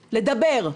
לדבר.